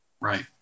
right